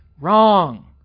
wrong